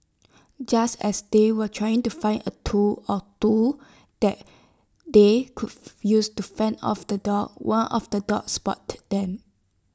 just as they were trying to find A tool or two that they could use to fend off the dogs one of the dogs spotted them